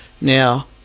Now